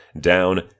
down